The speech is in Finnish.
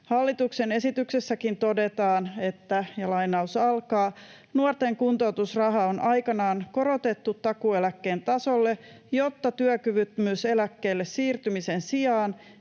Hallituksen esityksessäkin todetaan: ”Nuorten kuntoutusraha on aikanaan korotettu takuueläkkeen tasolle, jotta työkyvyttömyyseläkkeelle siirtymisen sijaan